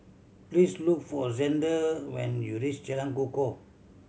please look for Xander when you reach Jalan Kukoh